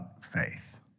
faith